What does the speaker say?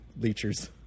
leechers